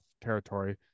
territory